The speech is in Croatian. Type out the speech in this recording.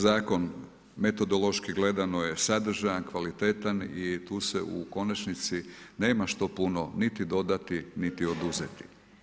Zakon metodološki gledano je sadržajan, kvalitetan i tu se u konačnici nema što puno niti dodati, niti oduzeti.